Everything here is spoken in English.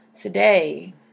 today